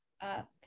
up